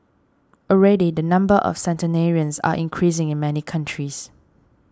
already the number of centenarians are increasing in many countries